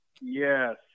yes